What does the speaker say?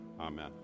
Amen